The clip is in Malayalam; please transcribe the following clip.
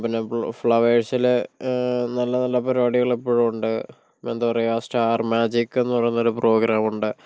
പിന്നെ ഫ്ലാവേർസിലെ നല്ല നല്ല പരിപാടികൾ ഇപ്പഴ് ഉണ്ട് എന്താ പറയ്യ സ്റ്റാർ മാജിക്ക് എന്ന് പറയുന്നൊരു പ്രോഗ്രാമുണ്ട്